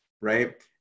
Right